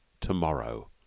tomorrow